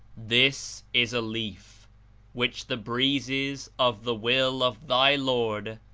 this is a leaf which the breezes of the will of thy lord,